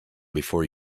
before